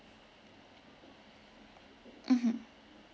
mmhmm